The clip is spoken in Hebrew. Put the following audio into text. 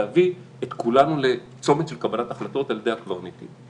להביא את כולנו לצומת של קבלת החלטות על ידי הקברניטים.